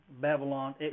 Babylon